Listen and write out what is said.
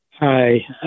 Hi